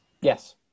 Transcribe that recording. Yes